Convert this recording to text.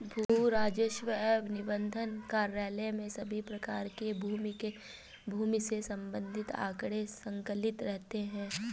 भू राजस्व एवं निबंधन कार्यालय में सभी प्रकार के भूमि से संबंधित आंकड़े संकलित रहते हैं